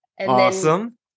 Awesome